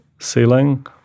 Ceiling